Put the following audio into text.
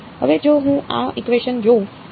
હવે જો હું આ ઇકવેશન જોઉં